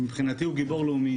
מבחינתי הוא גיבור לאומי,